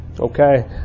okay